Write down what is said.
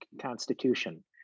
constitution